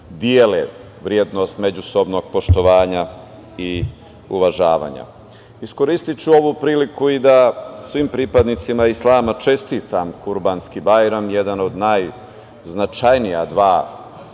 dele vrednost međusobnog poštovanja i uvažavanja. Iskoristiću ovu priliku i da svim pripadnicima islama čestitam Kurbanski-bajram, jedan od najznačajnija dva